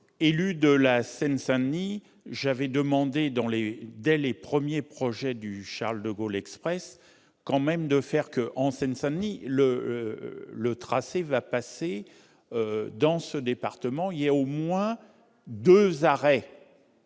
élu de la Seine-Saint-Denis, j'avais demandé dans les dès les premiers projets du Charles-de-Gaulle Express quand même de faire que en Seine-Saint-Denis le le tracé va passer dans ce département, il y a au moins 2 arrêts,